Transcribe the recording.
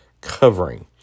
covering